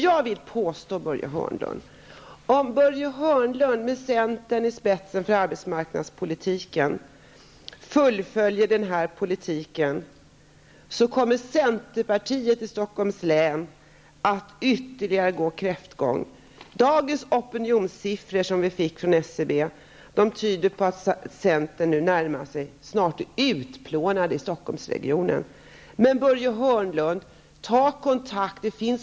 Jag vill påstå att om Börje Hörnlund med centern i spetsen för arbetsmarknadspolitiken fullföljer den här politiken kommer centern i Stockholms län att fortsätta sin kräftgång. Dagens opinionssiffror från SCB tyder på att centern snart är utplånat i Stockholmsregionen. Men, Börje Hörnlund, det finns några centerpartister.